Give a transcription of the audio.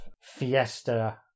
fiesta